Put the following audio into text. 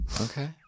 Okay